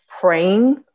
praying